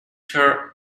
her